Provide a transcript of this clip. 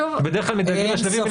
בדרך כלל מדלגים על השלבים,